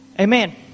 Amen